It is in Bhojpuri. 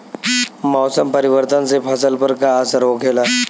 मौसम परिवर्तन से फसल पर का असर होखेला?